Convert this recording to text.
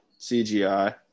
CGI